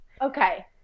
Okay